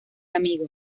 amigo